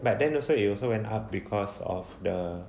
but then also you also went up because of the